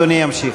אדוני ימשיך.